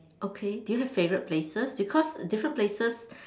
okay do you have favourite places because different places